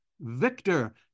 victor